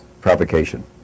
provocation